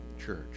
church